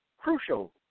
crucial